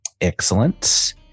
Excellent